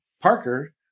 Parker